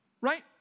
right